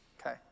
Okay